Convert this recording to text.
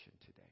today